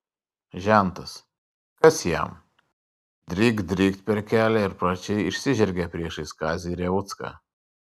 žentas kas jam drykt drykt per kelią ir plačiai išsižergė priešais kazį revucką